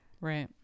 Right